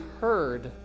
heard